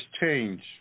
change